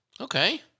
okay